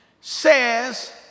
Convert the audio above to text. says